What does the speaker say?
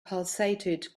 pulsated